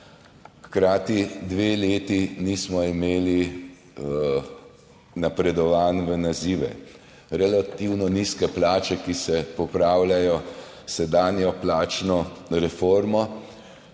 Hkrati dve leti nismo imeli napredovanj v nazive. Relativno nizke plače, ki se popravljajo s sedanjo plačno reformo,